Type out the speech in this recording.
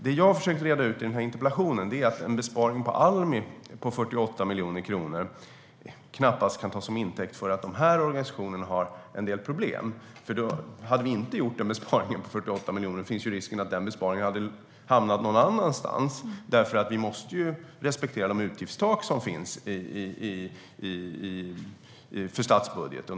Det som jag har försökt reda ut i denna interpellationsdebatt är att en besparing på Almi på 48 miljoner kronor knappast kan tas till intäkt för att dessa organisationer har en del problem. Hade vi inte gjort denna besparing på 48 miljoner kronor hade risken funnits att denna besparing hade hamnat någon annanstans. Vi måste nämligen respektera de utgiftstak som finns för statsbudgeten.